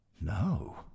No